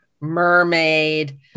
mermaid